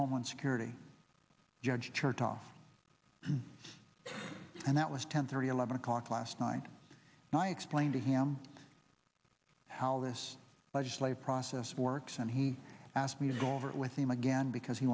homeland security judge chertoff and that was ten thirty eleven o'clock last night and i explained to him how this legislative process works and he asked me to go over it with him again because he